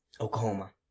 Oklahoma